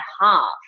half